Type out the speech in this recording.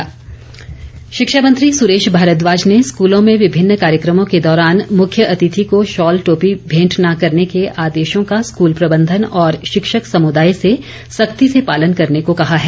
सुरेश भारद्वाज शिक्षा मंत्री सुरेश भारद्वाज ने स्कूलों में विभिन्न कार्यक्रमों के दौरान मुख्य अतिथि को शॉल टोपी भेंट न करने के आदेशों का स्कूल प्रबंधन और शिक्षक समुदाय से सख्ती से पालन करने को कहा है